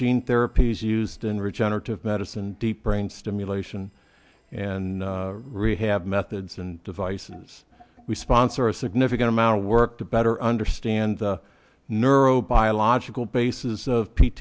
gene therapies used in regenerative medicine deep brain stimulation and rehab methods and devices we sponsor a significant amount of work to better understand the neuro biological basis